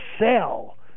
sell